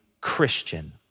Christian